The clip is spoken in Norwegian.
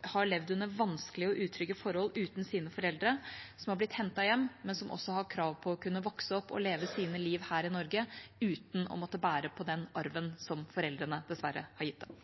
har levd under vanskelige og utrygge forhold uten sine foreldre, som er blitt hentet hjem, men som også har krav på å kunne vokse opp og leve livet sitt her i Norge uten å måtte bære på den arven som foreldrene dessverre har gitt dem.